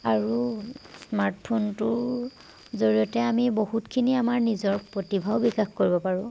আৰু স্মাৰ্টফোনটোৰ জৰিয়তে আমি বহুতখিনি আমাৰ নিজৰ প্ৰতিভাও বিকাশ কৰিব পাৰোঁ